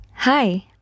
Hi